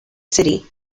city